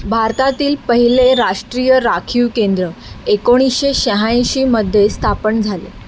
भारतातील पहिले राष्ट्रीय राखीव केंद्र एकोणीसशे शहाऐंशीमध्ये स्थापन झाले